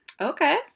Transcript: Okay